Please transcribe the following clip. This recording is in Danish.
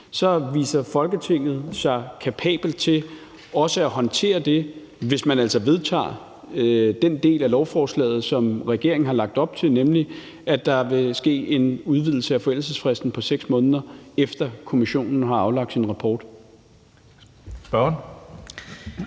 så viser Folketinget sig kapabelt til også at håndtere det, hvis man altså vedtager den del af lovforslaget, som regeringen har lagt op til, nemlig at der vil ske en udvidelse af forældelsesfristen på 6 måneder, efter at kommissionen har aflagt sin rapport. Kl.